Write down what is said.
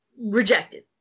rejected